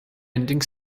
ending